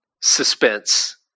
suspense